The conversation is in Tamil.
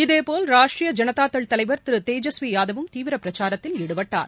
இதேபோல் ராஷ்டிரிய ஜனதா தள் தலைவர் திரு தேஜஸ்வி யாதவும் தீவிர பிரச்சாரத்தில் ஈடுபட்டார்